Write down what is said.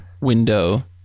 Window